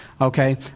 okay